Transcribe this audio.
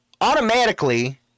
automatically